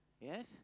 Yes